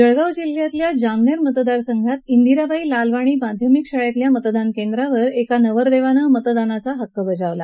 जळगाव जिल्ह्यातल्या जामनेर मतदारसंघात िराबाई लालवाणी माध्यमिक शाळेतील मतदान केंद्रावर नवरदेवानं मतदानाचा हक्क बजावला